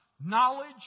knowledge